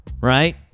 right